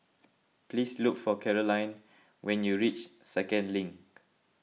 please look for Carolyne when you reach Second Link